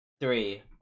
three